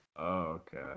okay